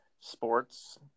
sports